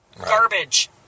garbage